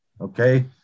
Okay